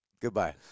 Goodbye